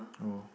oh